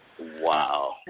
Wow